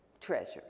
treasure